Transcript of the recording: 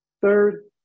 Third